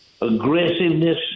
aggressiveness